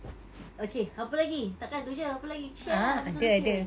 okay apa lagi takkan tu jer apa lagi share lah resolution